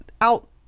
out